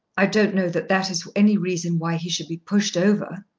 i don't know that that is any reason why he should be pushed over.